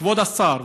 כבוד השר,